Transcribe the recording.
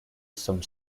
some